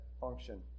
function